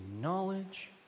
knowledge